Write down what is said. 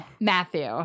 Matthew